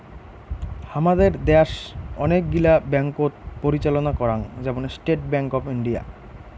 হামাদের দ্যাশ অনেক গিলা ব্যাঙ্ককোত পরিচালনা করাং, যেমন স্টেট ব্যাঙ্ক অফ ইন্ডিয়া